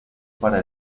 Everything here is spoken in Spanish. para